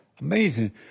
Amazing